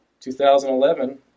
2011